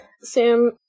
Sam